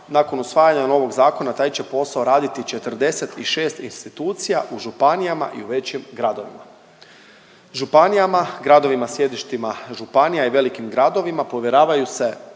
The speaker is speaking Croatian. nakon usvajanja novog zakona taj će posao raditi 46 institucija u županijama i u većim gradovima. Županijama, gradovima sjedištima županija i velikim gradovima povjeravaju se